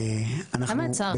אנחנו --- למה לצערך?